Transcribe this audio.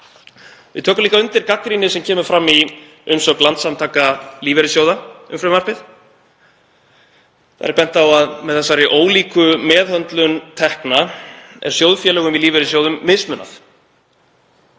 Við tökum líka undir gagnrýni sem kemur fram í umsögn Landssamtaka lífeyrissjóða um frumvarpið. Þar er bent á að með þessari ólíku meðhöndlun tekna er sjóðfélögum í lífeyrissjóðum mismunað.